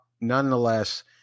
nonetheless